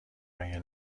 مگه